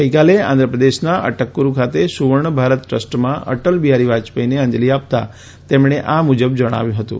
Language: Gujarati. ગઈકાલે આંધ્રપ્રદેશના અટકકુરૂ ખાતે સુવર્ણ ભારત ટ્રસ્ટમાં અટલ બિહારી વાજપેઈને અંજલિ આપતા તેમણે આ મુજબ જણાવ્યું હતું